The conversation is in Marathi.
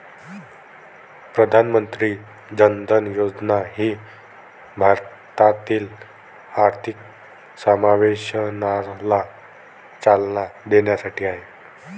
प्रधानमंत्री जन धन योजना ही भारतातील आर्थिक समावेशनाला चालना देण्यासाठी आहे